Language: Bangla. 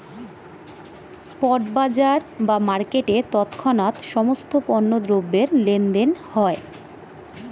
স্পট বাজার বা মার্কেটে তৎক্ষণাৎ সমস্ত পণ্য দ্রব্যের লেনদেন হয়